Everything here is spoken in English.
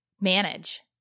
manage